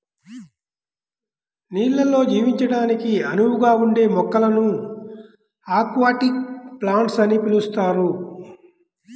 నీళ్ళల్లో జీవించడానికి అనువుగా ఉండే మొక్కలను అక్వాటిక్ ప్లాంట్స్ అని పిలుస్తారు